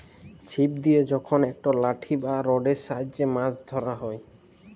ছিপ দিয়ে যখল একট লাঠি বা রডের সাহায্যে মাছ ধ্যরা হ্যয়